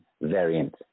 variant